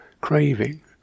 craving